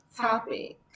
topic